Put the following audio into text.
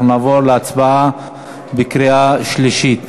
אנחנו נעבור להצבעה בקריאה שלישית.